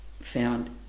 found